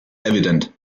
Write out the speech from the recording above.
evident